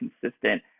consistent